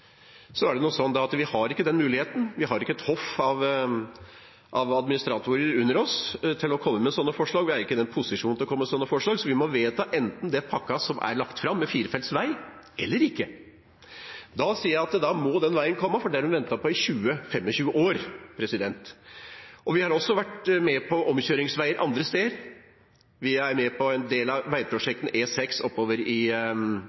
vi har ikke den muligheten, vi har ikke et hoff av administratorer under oss til å komme med sånne forslag. Vi er ikke i den posisjonen at vi kan komme med sånne forslag, så vi må enten vedta den pakken som er lagt fram med firefelts vei, eller ikke. Da sier jeg at da må den veien komme, for den har de ventet på i 20–25 år. Vi har også vært med på omkjøringsveier andre steder. Vi er med på en del av veiprosjektene på E6 oppover i